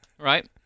Right